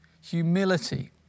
humility